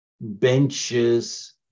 benches